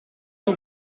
nog